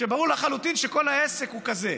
כשברור לחלוטין שכל העסק הוא כזה.